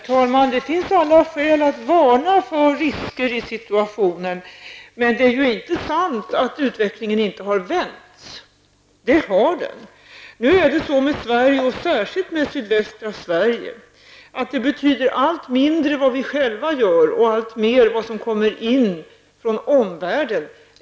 Herr talman! Det finns alla skäl att varna för risker i denna situation, men det är inte sant att utvecklingen inte har vänts. Det har den. Nu betyder det allt mindre vad vi själva gör i Sverige, och särskilt i sydvästra Sverige, och alltmer vad som kommer in från omvärlden.